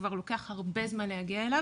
שכבר לוקח הרבה זמן להגיע אליו,